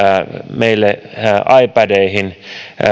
meille ipadeihin